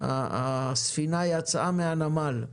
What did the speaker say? הספינה יצאה מהנמל.